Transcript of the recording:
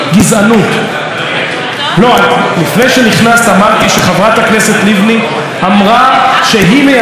לפני שנכנסת אמרתי שחברת הכנסת לבני אמרה שהיא מייצגת את הרוב הטוב,